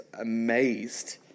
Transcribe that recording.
amazed